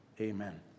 Amen